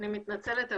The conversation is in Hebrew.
אני מתנצלת,